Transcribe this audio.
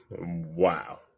Wow